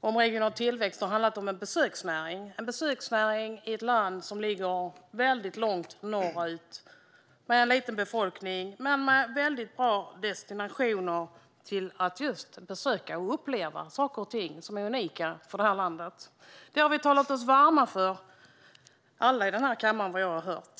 om regional tillväxt har handlat om besöksnäringen - en besöksnäring i ett land som ligger väldigt långt norrut, med liten befolkning men med bra destinationer för att besöka och uppleva saker och ting som är unika för landet. Detta har vi alla här i kammaren, vad jag har hört, talat oss varma för.